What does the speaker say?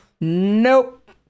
nope